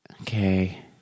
okay